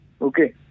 okay